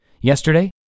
Yesterday